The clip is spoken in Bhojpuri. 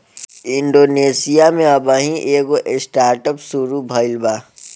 इंडोनेशिया में अबही एगो स्टार्टअप शुरू भईल बा